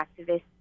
activists